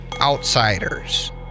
outsiders